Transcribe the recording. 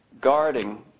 guarding